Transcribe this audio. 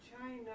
China